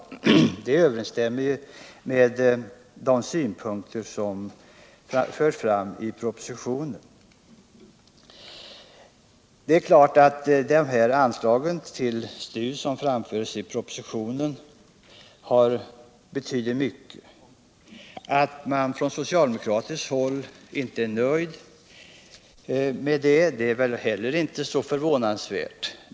Allt detta överensstämmer med de synpunkter som förs fram i propositionen. Det anslag till STU som föreslås i propositionen betyder naturligtvis mycket. Att man från socialdemokratiskt håll inte är nöjd med anslaget är inte heller så förvånansvärt.